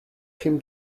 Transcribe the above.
him